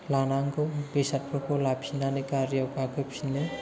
लानांगौ बेसादफोरखौ लाफिननानै गारियाव गाखोफिनो